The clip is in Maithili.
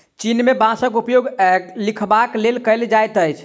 चीन में बांसक उपयोग लिखबाक लेल कएल जाइत अछि